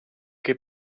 che